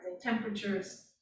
temperatures